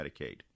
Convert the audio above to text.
Medicaid